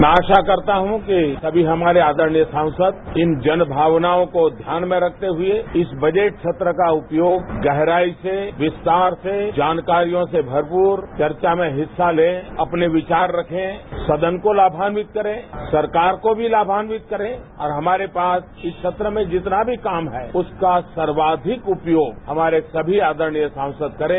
मै आशा करता हूं कि सभी हमारे आदरणीय सांसद इन जनभावनाओं कोष्यान में रखते हुए इस बजट सत्र का उपयोग गहराई से विस्तार से जानकारियों से भरपूरचर्चा में हिस्सा लें अपने विचार रखें सदनको लाभान्वित करें सरकार को भी लाभान्वित करें और हमारे पास इस सत्र मे जितना भी काम है उसका सर्वाधिक उपयोग हमारेसभी आदरणीय सांसद करें